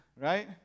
Right